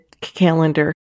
calendar